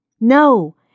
No